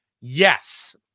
Yes